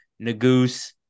Nagoose